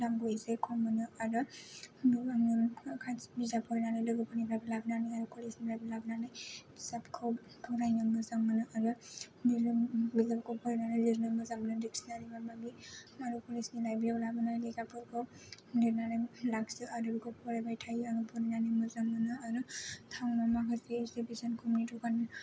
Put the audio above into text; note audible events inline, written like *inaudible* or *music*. दामखौ एसे खम मोनो आरो *unintelligible* बिजाब फरायनानै लोगोफोरनिफ्रायबो लाबोनानै आरो कलेजनिफ्रायबो लाबोनानै बिजाबखौ फरायनो मोजां मोनो आरो *unintelligible* लिरनो मोजां मोनो आरो डिक्सनारि माबा माबि बेयाव लाबोनानै लेखाफोरखौ लिरनानै लाखियो आरो बेफोरखौ फरायबाय थायो आं फरायनानै मोजां मोनो आरो टाउनाव माखासे बेसेन खमनि